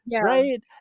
right